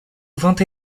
vingt